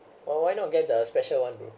or why not get the special one bro